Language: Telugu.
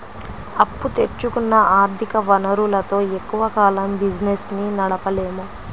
అప్పు తెచ్చుకున్న ఆర్ధిక వనరులతో ఎక్కువ కాలం బిజినెస్ ని నడపలేము